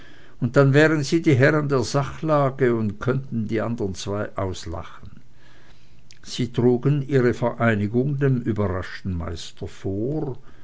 und dann wären sie die herren der sachlage und könnten die andern zwei auslachen sie trugen ihre vereinigung dem überraschten meister vor